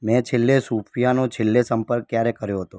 મેં છેલ્લે સુફિયાનો છેલ્લે સંપર્ક ક્યારે કર્યો હતો